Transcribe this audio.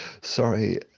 sorry